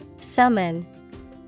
Summon